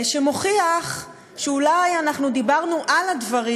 שמוכיח שאולי אנחנו דיברנו על הדברים,